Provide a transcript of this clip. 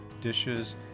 dishes